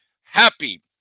happy